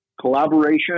collaboration